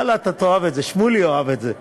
ואללה, אתה תאהב את זה, שמולי יאהב את זה.